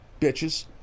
bitches